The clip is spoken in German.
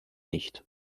nicht